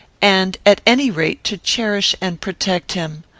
and, at any rate, to cherish and protect him.